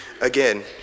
Again